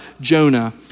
Jonah